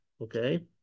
okay